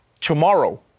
tomorrow